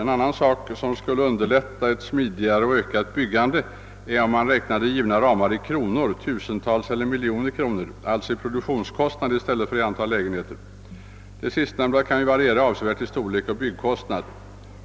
»En annan sak, som skulle underlätta ett smidigare och ökat byggande, är om man räknade givna ramar i kronor, tusentals eiler miljoner kronor, alltså i produktionskostnad i stället för i antal lägenheter. De sistnämnda kan ju variera avsevärt i storlek och byggkostnad.